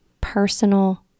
personal